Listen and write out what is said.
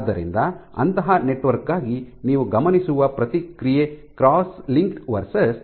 ಆದ್ದರಿಂದ ಅಂತಹ ನೆಟ್ವರ್ಕ್ ಗಾಗಿ ನೀವು ಗಮನಿಸುವ ಪ್ರತಿಕ್ರಿಯೆ ಕ್ರಾಸ್ ಲಿಂಕ್ಡ್ ವರ್ಸಸ್